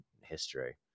history